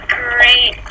great